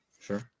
Sure